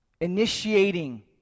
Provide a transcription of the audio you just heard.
Initiating